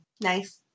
Nice